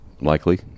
likely